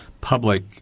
public